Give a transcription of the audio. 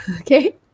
okay